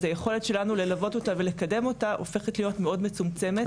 אז היכולת שלנו ללוות אותה ולקדם אותה הופכת להיות מאוד מצומצמת.